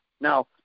Now